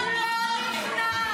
-- ואני לא נכנעת.